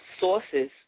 sources